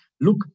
look